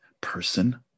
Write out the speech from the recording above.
person